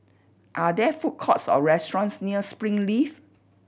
are there food courts or restaurants near Springleaf